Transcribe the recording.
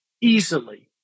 easily